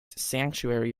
sanctuary